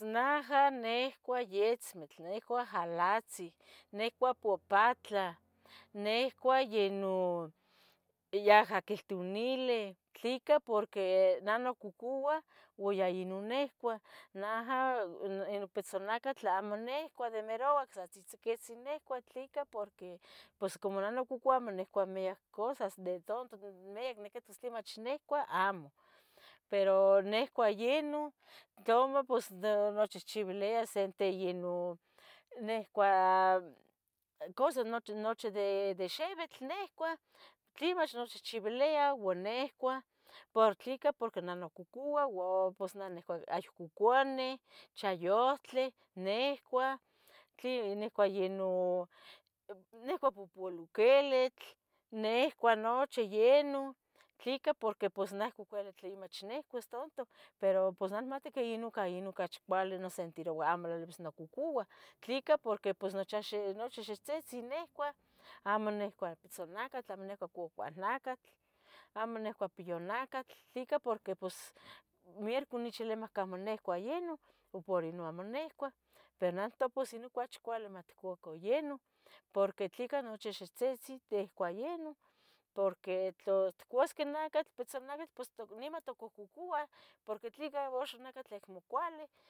Naha nihcua yetzmitl, nihcua alatzin, nihcua popatla, nihcua yeh non yaha quiltunile, tlica porque neh nocucua ua yeh ino nihcua, naha ino pitzonacatl amo nihcua de mirauac sa tzitzicotzin nicua, ¿tleca? porque pos como neh nocucua amo nicua miac cosas, de tanto miac niquihtos tlemach nicua amo, pero nihcua yeh non, tlamo pos inmochihchibilia se in te ye non nihcua cosas nochi nochi de xiuitl nehcua tlemach inmochihchibilia uan nehcua puro tleca porque neh nicucua, ua pos neh hay cucuani chayohtli nihcua tli nihcua yeh non nihcua pupoloquilitl nihcua nochi yeh non, ¿tleca? porque pos neh acmo cuali tlemachs nihcua tanto, pero pos neh inmati cainon yeh ca ocachi mo sentiroua amo tlailibis nucocoua, tlica porque pos nocchi axi xiutzintli nihcuac, amo nihcua pitzonacatl, amo nihcua cuaconacatl, amo nihcua piyunacatl, ¿tleca porque pos in mierico niuqui nechiluia macamo nihcu yeh non ipor ino amo nihcua. Pero neh nictoua ocachi cuali matcuaca yeh non, porque tleca, nochi xiutzitzi ticua yeh non porque tla itcuasque nacatl, pitzonacatl pos to nima tucucuah, porque tleca axan in nacatl acmo cuali